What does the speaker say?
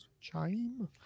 Chime